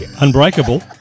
Unbreakable